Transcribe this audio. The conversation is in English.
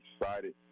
excited